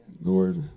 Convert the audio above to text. Lord